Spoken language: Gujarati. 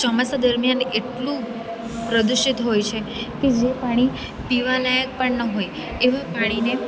ચોમાસા દરમિયાન એટલું પ્રદૂષિત હોય છે કે જે પાણી પીવાલાયક પણ ન હોય એવાં પાણીને